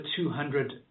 200